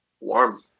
warm